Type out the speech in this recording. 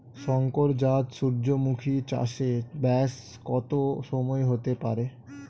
শংকর জাত সূর্যমুখী চাসে ব্যাস কত সময় হতে পারে?